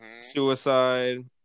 Suicide